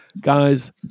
Guys